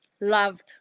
Loved